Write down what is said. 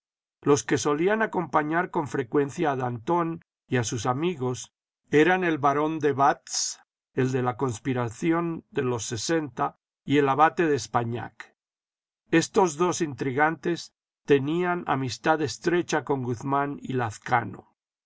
los que solían acompañar con frecuencia a danton y a sus amigos eran el barón de batz el de la conspiración de los sesenta y el abate d'espagnac estos dos intrigantes tenían amistad estrecha con guzmán y